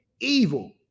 evil